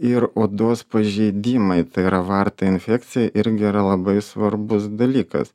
ir odos pažeidimai tai yra vartai infekcijai irgi yra labai svarbus dalykas